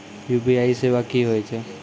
UPI सेवा की होय छै?